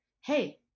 Hey